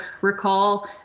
recall